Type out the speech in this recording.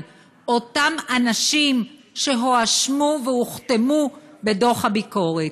אותם אנשים שהואשמו והוכתמו בדוח הביקורת.